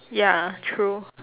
ya true